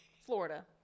Florida